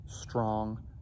strong